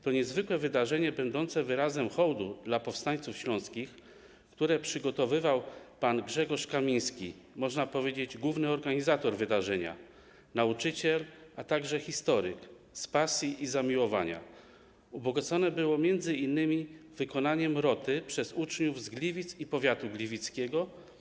To niezwykłe wydarzenie będące wyrazem hołdu dla powstańców śląskich, które przygotowywał pan Grzegorz Kamiński, można powiedzieć główny organizator wydarzenia, nauczyciel, a także historyk z pasji i zamiłowania, ubogacone było m.in. wykonaniem „Roty” przez uczniów z Gliwic i powiatu gliwickiego.